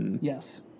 Yes